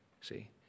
See